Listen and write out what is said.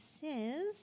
says